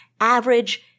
average